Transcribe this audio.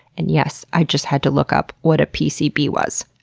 and yes, i just had to look up what a pcb was.